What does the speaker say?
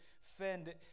fend